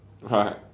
Right